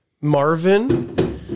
Marvin